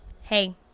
hey